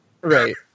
Right